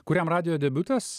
kuriam radijo debiutas